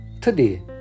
Today